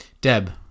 Deb